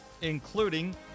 including